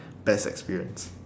best experience